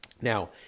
Now